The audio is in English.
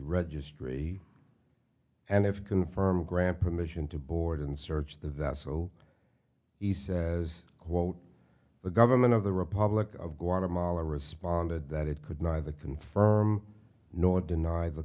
registry and if confirmed grant permission to board and searched that so he says quote the government of the republic of guatemala responded that it could neither confirm nor deny the